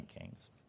Kings